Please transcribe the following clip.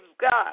God